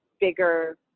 bigger